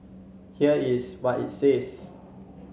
here is what it says